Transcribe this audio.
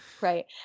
Right